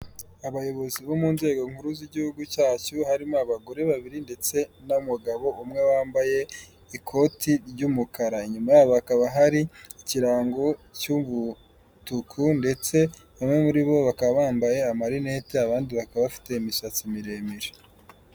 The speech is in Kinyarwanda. Abayobozi bo mu nzego nkuru z'igihugu cyacu, harimo abagore babiri ndetse n'umugabo umwe wambaye ikoti ry'umukara, inyuma yabo hakaba hari ikirango cy'umutuku ndetse bamwe muri bo bakaba bambaye amarinete abandi bakaba bafite imisatsi miremire.